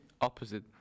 opposite